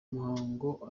muhango